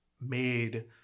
made